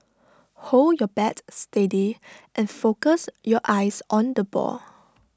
hold your bat steady and focus your eyes on the ball